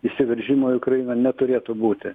įsiveržimo į ukrainą neturėtų būti